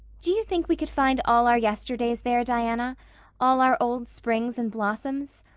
do you think we could find all our yesterdays there, diana all our old springs and blossoms?